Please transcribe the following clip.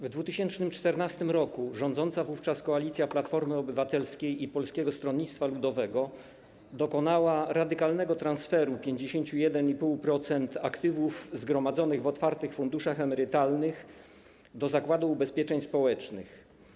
W 2014 r. rządząca wówczas koalicja Platformy Obywatelskiej i Polskiego Stronnictwa Ludowego dokonała radykalnego transferu 51,5% aktywów zgromadzonych w otwartych funduszach emerytalnych do Zakładu Ubezpieczeń Społecznych.